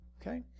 Okay